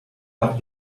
have